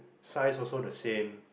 size also the same